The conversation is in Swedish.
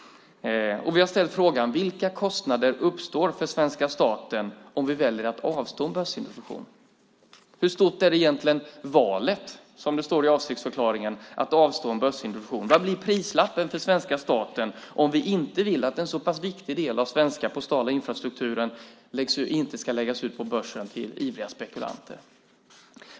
Vi har ställt frågorna: Vilka kostnader uppstår för svenska staten om vi väljer att avstå från en börsintroduktion? Hur stort är egentligen valet att, som det står i avsiktsförklaringen, avstå en börsintroduktion? Vad blir prislappen för svenska staten om vi inte vill att en så pass viktig del av den svenska postala infrastrukturen läggs ut på börsen till ivriga spekulanter?